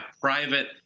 private